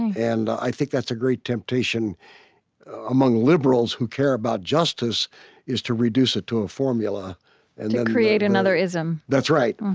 and i think that's a great temptation among liberals who care about justice is to reduce it to a formula and to create another ism. that's right.